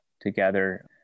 together